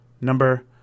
number